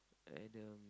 Adam